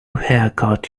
haircut